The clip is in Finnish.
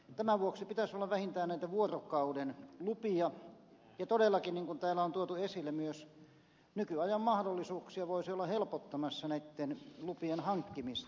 tämän vuoksi pitäisi olla vähintään näitä vuorokauden lupia ja todellakin niin kuin täällä on tuotu esille myös nykyajan mahdollisuuksia voisi olla helpottamassa näitten lupien hankkimista